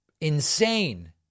insane